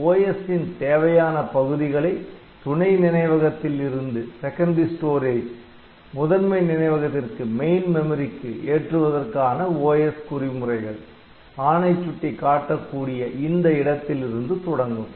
OS ன் தேவையான பகுதிகளை துணை நினைவகத்தில் இருந்து முதன்மை நினைவகத்திற்கு ஏற்றுவதற்கான OS குறி முறைகள் ஆணை சுட்டி காட்டக்கூடிய இந்த இடத்திலிருந்து தொடங்கும்